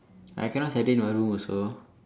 I cannot study in my room also